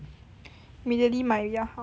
immediately 买比较好